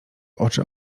oczy